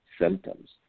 symptoms